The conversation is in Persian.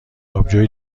آبجو